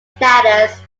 status